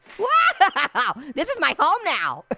whoa, but this is my home now. but